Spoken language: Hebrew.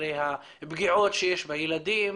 אחרי הפגיעות שיש בילדים?